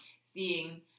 seeing